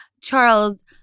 Charles